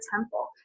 temple